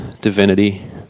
divinity